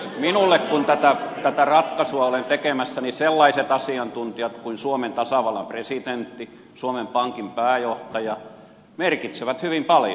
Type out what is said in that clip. minulle kun tätä ratkaisua olen tekemässä sellaiset asiantuntijat kuin suomen tasavallan presidentti ja suomen pankin pääjohtaja merkitsevät hyvin paljon